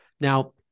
Now